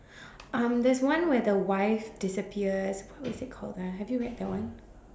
um there's one where the wife disappears what was it called ah have you read that one